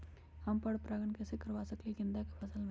हम पर पारगन कैसे करवा सकली ह गेंदा के फसल में?